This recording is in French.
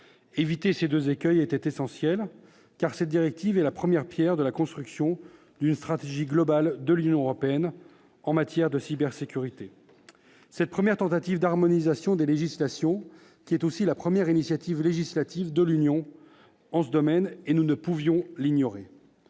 Éviter ces deux écueils était essentiel, cette directive constituant la première pierre de la construction d'une stratégie globale de l'Union européenne en matière de cybersécurité. Nous ne pouvions ignorer cette première tentative d'harmonisation des législations, qui est aussi la première initiative législative de l'Union en ce domaine. Nous avions le